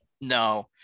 No